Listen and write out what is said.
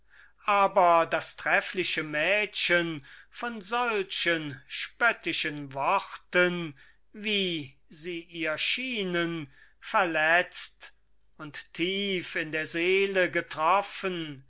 aber das treffliche mädchen von solchen spöttischen worten wie sie ihr schienen verletzt und tief in der seele getroffen